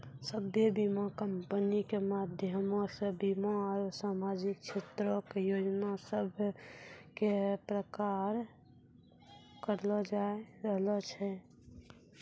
सभ्भे बीमा कंपनी के माध्यमो से बीमा आरु समाजिक क्षेत्रो के योजना सभ के प्रचार करलो जाय रहलो छै